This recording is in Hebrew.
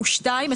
2022,